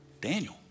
Daniel